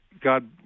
God